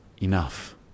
enough